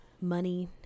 money